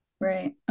right